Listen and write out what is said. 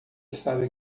sabe